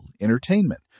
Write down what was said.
entertainment